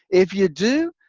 if you do,